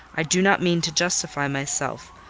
i do not mean to justify myself,